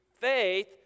faith